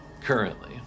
currently